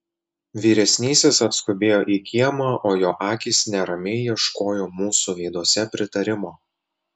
vyresnysis atskubėjo į kiemą o jo akys neramiai ieškojo mūsų veiduose pritarimo